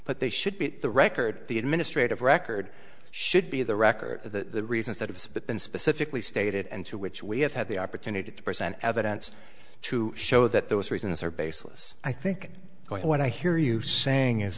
but they should beat the record the administrative record should be the record of the reasons that have been specifically stated and to which we have had the opportunity to present evidence to show that those reasons are baseless i think what i hear you saying is